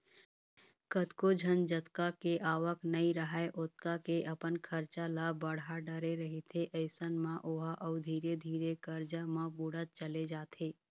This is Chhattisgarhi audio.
कतको झन जतका के आवक नइ राहय ओतका के अपन खरचा ल बड़हा डरे रहिथे अइसन म ओहा अउ धीरे धीरे करजा म बुड़त चले जाथे